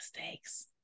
mistakes